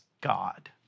God